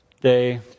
day